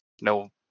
No